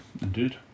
indeed